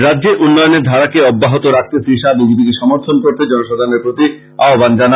রাজ্যে উন্নয়নের ধারাকে অব্যাহত রাখতে শ্রী শাহ বিজেপিকে সমর্থন করতে জনসাধারণের প্রতি আহ্বান জানান